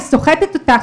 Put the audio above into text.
היא סוחטת אותך,